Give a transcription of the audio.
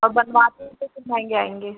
और बनवाते हैं तो फिर महँगे आएंगे